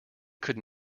could